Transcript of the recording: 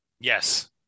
Yes